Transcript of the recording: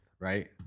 right